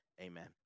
Amen